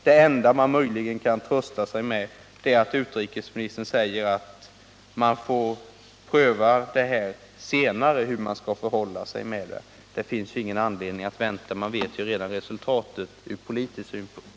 Det enda man möjligen kan trösta sig med är att utrikesministern säger att man får pröva senare hur man skall förhålla sig. Det finns ingen anledning att vänta! Man vet redan resultatet ur politisk synpunkt.